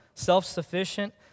self-sufficient